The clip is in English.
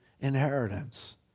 inheritance